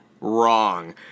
wrong